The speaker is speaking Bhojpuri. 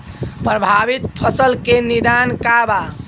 प्रभावित फसल के निदान का बा?